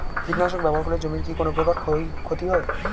কীটনাশক ব্যাবহার করলে জমির কী কোন প্রকার ক্ষয় ক্ষতি হয়?